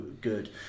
good